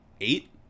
eight